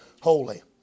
holy